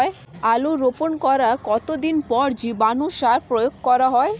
আলু রোপণ করার কতদিন পর জীবাণু সার প্রয়োগ করা হয়?